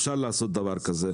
אפשר לעשות דבר כזה.